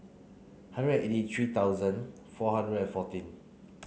hundred eighty three thousand four hundred and fourteen